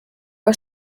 are